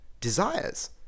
desires